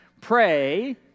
pray